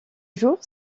jours